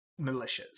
militias